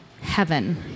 heaven